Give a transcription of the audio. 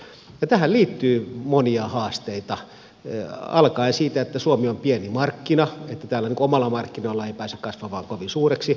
ja tähän liittyy monia haasteita alkaen siitä että suomi on pieni markkina että täällä omilla markkinoilla ei pääse kasvamaan kovin suureksi